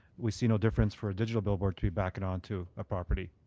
we see no difference for a digital billboard to be backing onto a property,